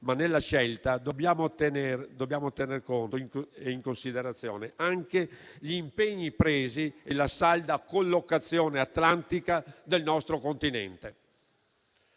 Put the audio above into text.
ma nella scelta dobbiamo tenere in conto e in considerazione anche gli impegni presi e la salda collocazione atlantica del nostro Continente.